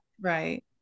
Right